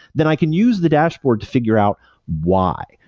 then i can use the dashboard to figure out why,